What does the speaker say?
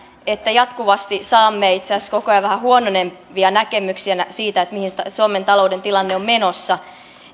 jatkuvasti saamme itse asiassa koko ajan vähän huononevia näkemyksiä siitä mihin suomen talouden tilanne on menossa